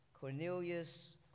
Cornelius